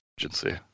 agency